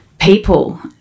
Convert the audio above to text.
people